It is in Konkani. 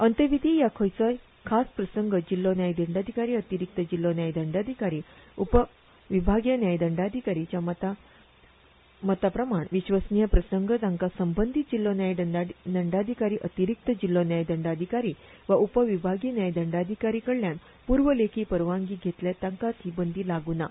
अंतविधी वा खंयचोय खास प्रसंग जिल्हो न्यायदंडाधिकारी अतिरिक्त जिल्हो न्यायदंडाधिकारी उपविभागी न्यायदंडाधिकारी च्या मता प्रमाण विश्वसनीय प्रसंग जांकां संबंदीत जिल्हो न्यायदंडाधिकारी अतिरिक्त जिल्हो न्यायदंडाधिकारी वा उपविभागी न्यायदंडाधिकाऱयां कडल्यान प्र्व लेखी परवानगी घेतल्या तांकां ही बंदी लागू ना